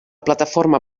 plataforma